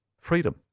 freedom